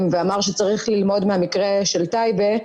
והוא אמר שצריך ללמוד מהמקרה של טייבה,